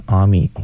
army